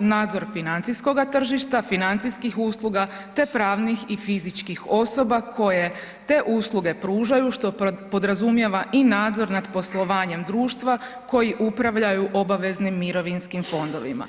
nadzor financijskoga tržišta, financijskih usluga te pravnih i fizičkih osoba koje te usluge pružaju što podrazumijeva i nadzor nad poslovanjem društva koji upravljaju obaveznim mirovinskim fondovima.